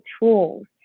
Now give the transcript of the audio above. tools